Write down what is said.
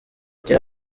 kera